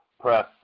Press